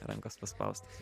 rankos paspaustos